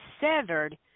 severed